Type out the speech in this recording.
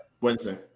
Wednesday